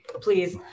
Please